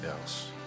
else